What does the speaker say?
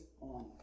on